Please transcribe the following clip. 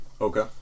Okay